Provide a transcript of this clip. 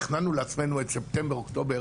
תכננו לעצמנו את ספטמבר-אוקטובר,